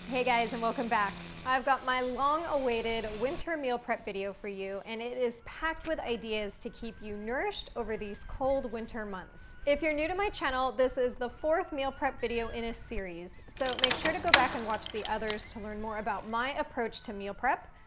hey guys and welcome back. i've got my long awaited winter meal prep video for you and it is packed with ideas to keep you nourished over these cold winter months. if you're new to my channel, this is the fourth meal prep video in a series. so make sure to go back and watch the others to learn more about my approach to meal prep,